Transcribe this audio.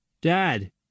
Dad